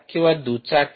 किंवा दुचाकी